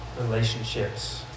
Relationships